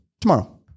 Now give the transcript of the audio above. tomorrow